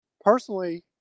personally